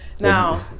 Now